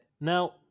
Now